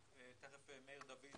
ותיכף מאיר דוד